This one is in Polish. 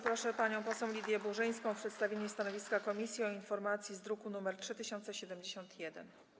Proszę panią poseł Lidię Burzyńską o przedstawienie stanowiska komisji o informacji z druku nr 3071.